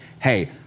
hey